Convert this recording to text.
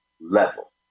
level